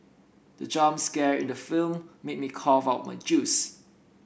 the jump scare in the film made me cough out my juice